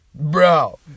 Bro